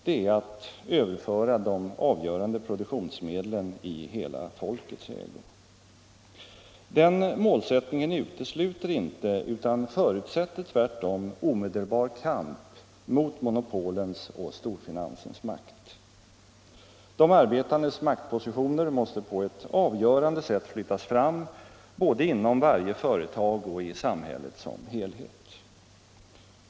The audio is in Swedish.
Det är att överföra de avgörande produktionsmedlen i hela folkets ägo. Den målsättningen utesluter inte utan förutsätter tvärtom omedelbar kamp mot monopolens och storfinansens makt. De arbetandes maktpositioner måste på ett avgörande sätt flyttas fram både inom varje företag och i samhället som helhet.